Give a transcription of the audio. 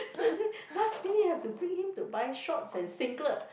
so is it last minute you have to bring him to buy shorts and singlet